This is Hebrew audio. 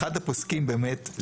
אחד הפוסקים באמת,